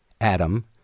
Adam